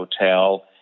hotel